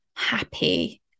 happy